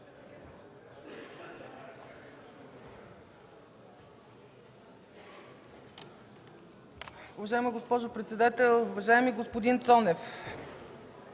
Уважаема госпожо председател, уважаеми господин Цонев!